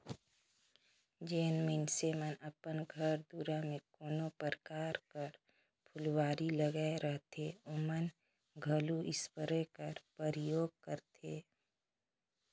जेन मइनसे मन अपन घर दुरा में कोनो परकार कर फुलवारी लगाए रहथें ओमन घलो इस्पेयर कर परयोग करथे